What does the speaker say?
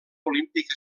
olímpic